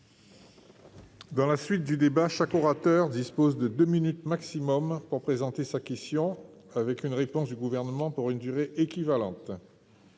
Je rappelle que chaque orateur dispose de deux minutes au maximum pour présenter sa question, suivie d'une réponse du Gouvernement pour une durée équivalente.